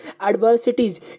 adversities